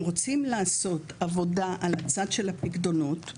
אם רוצים לעשות עבודה על הצד של הפיקדונות,